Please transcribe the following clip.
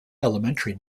elementary